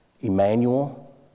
Emmanuel